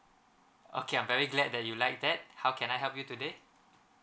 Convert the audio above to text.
okay I'm very glad that you like that how can I help you today